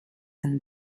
and